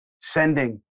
sending